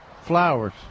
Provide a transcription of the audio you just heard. flowers